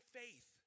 faith